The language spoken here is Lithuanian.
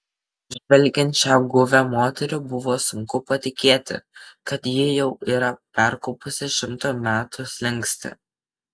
žvelgiant šią guvią moterį buvo sunku patikėti kad ji jau yra perkopusi šimto metų slenkstį